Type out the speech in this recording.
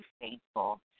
faithful